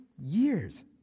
years